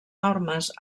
normes